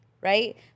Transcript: right